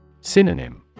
Synonym